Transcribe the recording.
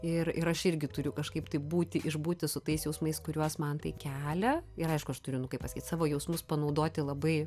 ir ir aš irgi turiu kažkaip tai būti išbūti su tais jausmais kuriuos man tai kelia ir aišku aš turiu nu kaip pasakyt savo jausmus panaudoti labai